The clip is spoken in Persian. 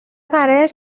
برایش